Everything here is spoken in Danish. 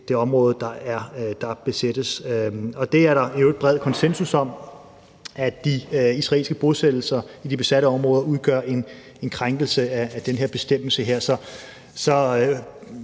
område, der besættes. Og det er der i øvrigt bred konsensus om, altså at de israelske bosættelser i de besatte områder udgør en krænkelse af den her bestemmelse.